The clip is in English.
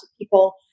people